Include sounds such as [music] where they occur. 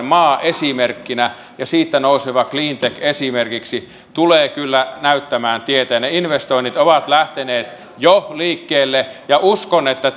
[unintelligible] maa ja esimerkiksi siitä nouseva cleantech tulee kyllä näyttämään tietä ne investoinnit ovat lähteneet jo liikkeelle ja uskon että [unintelligible]